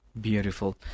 Beautiful